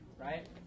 right